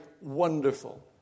wonderful